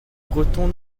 breton